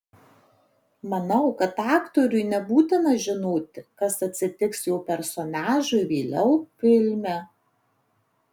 manau kad aktoriui nebūtina žinoti kas atsitiks jo personažui vėliau filme